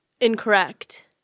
incorrect